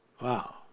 Wow